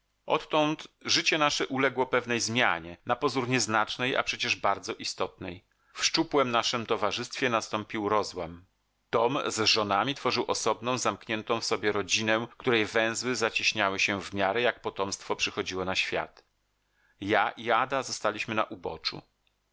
odtąd życie nasze uległo pewnej zmianie napozór nieznacznej a przecież bardzo istotnej w szczupłem naszem towarzystwie nastąpił rozłam tom z żonami tworzył osobną zamkniętą w sobie rodzinę której węzły zacieśniały się w miarę jak potomstwo przychodziło na świat ja i ada zostaliśmy na uboczu